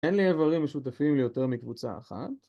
אין לי אברים משותפים ליותר מקבוצה אחת